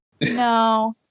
No